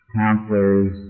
counselors